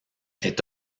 est